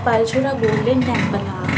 ਪਰ ਜਿਹੜਾ Golden Temple ਆ